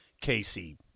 Casey